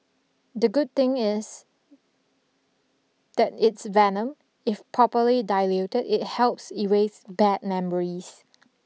the good thing is that it's venom if properly diluted it helps erase bad memories